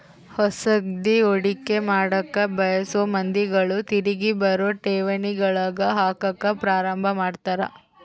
ಹೊಸದ್ಗಿ ಹೂಡಿಕೆ ಮಾಡಕ ಬಯಸೊ ಮಂದಿಗಳು ತಿರಿಗಿ ಬರೊ ಠೇವಣಿಗಳಗ ಹಾಕಕ ಪ್ರಾರಂಭ ಮಾಡ್ತರ